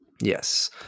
Yes